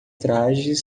trajes